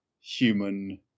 human